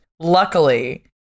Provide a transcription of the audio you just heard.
Luckily